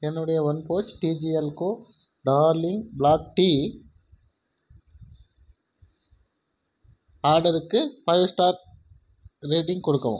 என்னுடைய one pouch TGL co darling black tea ஆர்டருக்கு five star rating கொடுக்கவும்